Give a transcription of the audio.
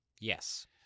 Yes